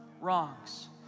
wrongs